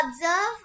observe